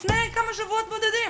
לפני כמה שבועות בודדים.